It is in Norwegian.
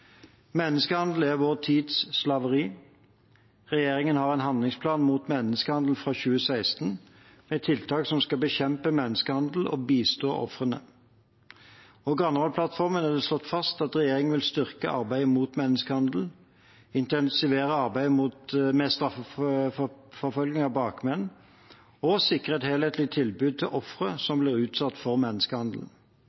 Menneskehandel er vår tids slaveri. Regjeringen har en handlingsplan mot menneskehandel fra 2016, med tiltak som skal bekjempe menneskehandel og bistå ofrene. I Granavolden-plattformen er det slått fast at regjeringen vil styrke arbeidet mot menneskehandel, intensivere arbeidet med straffeforfølgning av bakmenn og sikre et helhetlig tilbud til ofre som